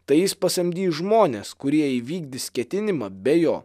tai jis pasamdys žmones kurie įvykdys ketinimą be jo